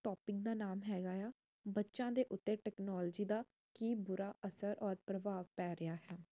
topic ਦਾ ਨਾਮ ਹੈਗਾ ਹੈ ਬੱਚਿਆਂ ਦੇ ਉੱਤੇ ਟੈਕਨੋਲੋਜੀ ਦਾ ਕੀ ਬੁਰਾ ਅਸਰ ਔਰ ਪ੍ਰਭਾਵ ਪੈ ਰਿਹਾ ਹੈ